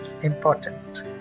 Important